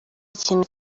kintu